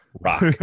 Rock